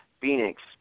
Phoenix